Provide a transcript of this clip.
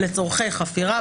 לצורכי חפירה,